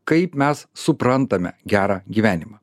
kaip mes suprantame gerą gyvenimą